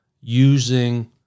using